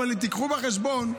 קחו בחשבון,